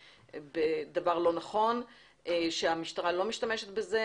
בדבר לא נכון וכי המשטרה לא משתמשת בזה.